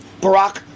Barack